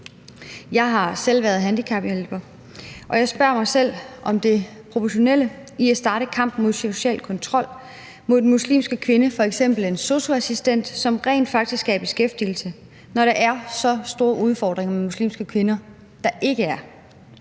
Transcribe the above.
Jeg har selv været handicaphjælper, og jeg spørger mig selv om det proportionelle i at starte kampen mod social kontrol mod den muslimske kvinde, f.eks. en sosu-assistent, som rent faktisk er i beskæftigelse, når der er så store udfordringer med muslimske kvinder, der ikke er